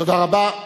תודה רבה.